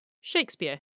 Shakespeare